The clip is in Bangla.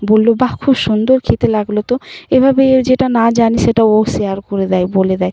বললো বাহ খুব সুন্দর খেতে লাগল তো এভাবেও যেটা না জানি সেটা ও শেয়ার করে দেয় বলে দেয়